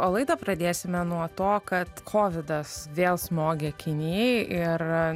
o laidą pradėsime nuo to kad kovidas vėl smogė kinijai ir